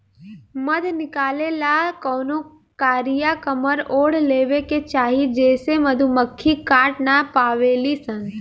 मध निकाले ला कवनो कारिया कमर ओढ़ लेवे के चाही जेसे मधुमक्खी काट ना पावेली सन